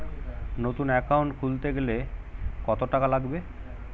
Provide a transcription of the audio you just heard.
নতুন একাউন্ট খুলতে গেলে কত টাকা লাগবে?